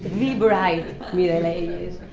the bright middle ages,